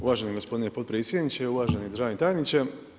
Uvaženi gospodine potpredsjedniče, uvaženi državni tajniče.